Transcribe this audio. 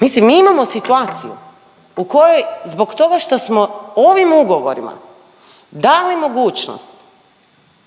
mislim mi imamo situaciju u kojoj zbog toga što smo ovim ugovorima dali mogućnost